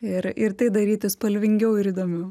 ir ir tai daryti spalvingiau ir įdomiau